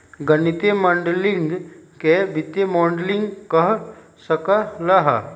गणितीय माडलिंग के वित्तीय मॉडलिंग कह सक ल ह